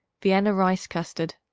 vienna rice custard.